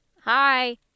Hi